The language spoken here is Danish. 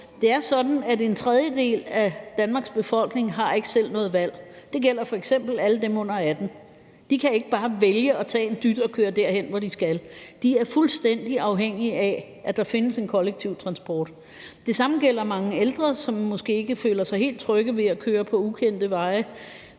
Det er sådan, at en tredjedel af Danmarks befolkning ikke selv har noget valg. Det gælder f.eks. alle dem under 18 år; de kan ikke bare vælge at tage en dyt og køre derhen, hvor de skal. De er fuldstændig afhængige af, at der findes en kollektiv transport. Det samme gælder mange ældre, som måske ikke føler sig helt trygge ved at køre på ukendte veje